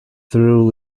through